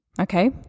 Okay